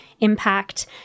impact